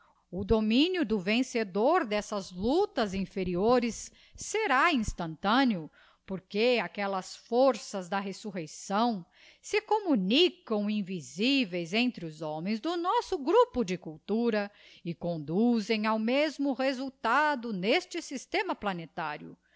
o dominio do vencedor d'essas luctas inferiores será instantâneo porque aquellas forças da resurreição se communicam invisíveis entre os homens do nosso grupo de cultura e conduzem ao mesmo resultado n'este systema planetário